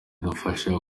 idufashije